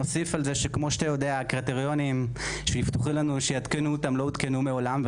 כמו שאתה יודע הקריטריונים שהבטיחו לנו שיעדכנו אותם לא עודכנו מעולם,